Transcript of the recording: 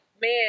man